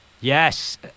Yes